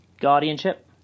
guardianship